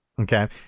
Okay